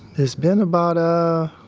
it's been about a,